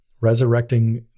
resurrecting